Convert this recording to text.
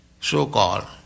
so-called